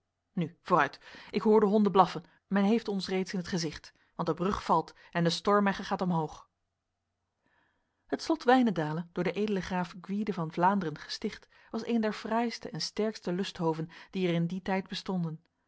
nu vooruit ik hoor de honden blaffen men heeft ons reeds in t gezicht want de brug valt en de stormegge gaat omhoog het slot wijnendale door de edele graaf gwyde van vlaanderen gesticht was een der fraaiste en sterkste lusthoven die er in die tijd bestonden